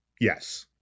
Yes